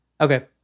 okay